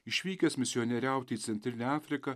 išvykęs misionieriauti į centrinę afriką